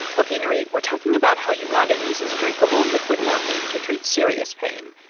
ok, nurith, we're talking about how uganda uses drinkable liquid morphine to treat serious pain.